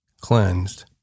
Cleansed